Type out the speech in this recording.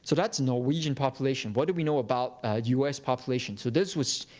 so that's a norwegian population. what do we know about a u s. population? so this was